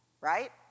right